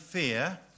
fear